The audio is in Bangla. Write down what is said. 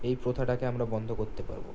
এই প্রথাটাকে আমরা বন্ধ করতে পারব